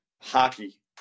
Hockey